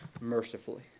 mercifully